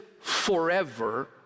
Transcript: forever